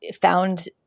found